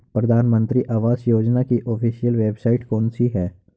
प्रधानमंत्री आवास योजना की ऑफिशियल वेबसाइट कौन सी है?